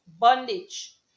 bondage